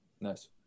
nice